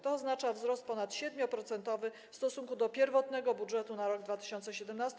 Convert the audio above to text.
To oznacza wzrost ponad 7-procentowy w stosunku do pierwotnego budżetu na rok 2017.